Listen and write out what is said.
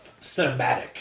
cinematic